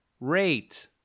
rate